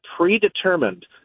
predetermined